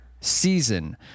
season